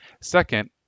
Second